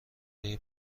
های